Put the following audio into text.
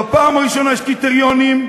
בפעם הראשונה יש קריטריונים,